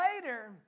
later